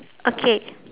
okay